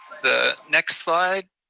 the next slide.